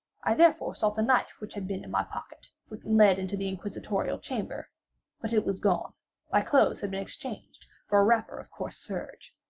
i therefore sought the knife which had been in my pocket, when led into the inquisitorial chamber but it was gone my clothes had been exchanged for a wrapper of coarse serge.